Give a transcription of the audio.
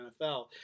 nfl